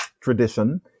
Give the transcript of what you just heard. tradition